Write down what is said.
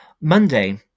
Monday